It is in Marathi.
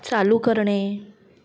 चालू करणे